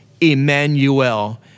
Emmanuel